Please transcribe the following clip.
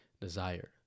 desire